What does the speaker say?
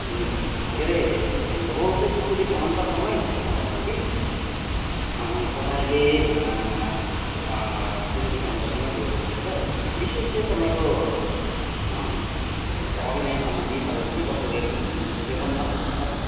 हुन्छ के अरे रोल चाहिँ सुरुदेखि अन्तसम्मै हुन्छ तपाईँको कि तपाईँले सुरुदेखि अन्तसम्मै त्यो रोल हुन्छ विशेष चाहिँ तपाईँको अभिनय सम्बन्धी तपाईँले के कस्तो रेटहरू लिनुहुन्छ त्यो पनि त छ नि त कुरा त